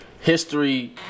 history